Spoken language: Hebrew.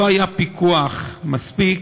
לא היה פיקוח מספיק,